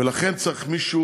ולכן צריך מישהו